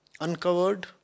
uncovered